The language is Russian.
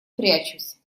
прячусь